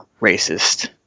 racist